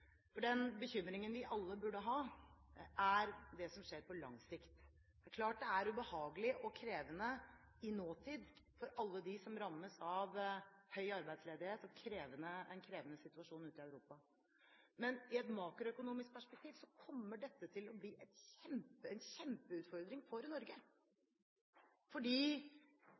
for den bekymringen vi alle burde ha, er det som skjer på lang sikt. Det er klart det er ubehagelig og krevende i nåtid for alle dem som rammes av høy arbeidsledighet og en krevende situasjon ute i Europa. Men i et makroøkonomisk perspektiv kommer dette til å bli en kjempeutfordring for